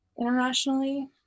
internationally